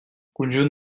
conjunt